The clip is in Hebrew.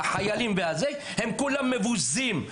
הם כולם מבוזים.